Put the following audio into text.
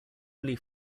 only